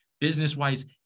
business-wise